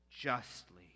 justly